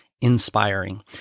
inspiring